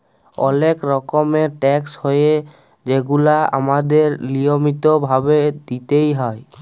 অলেক রকমের ট্যাকস হ্যয় যেগুলা আমাদেরকে লিয়মিত ভাবে দিতেই হ্যয়